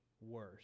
worse